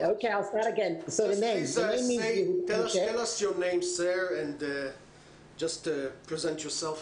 Tell us your name, sir, and present yourself.